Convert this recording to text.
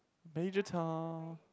Major Tom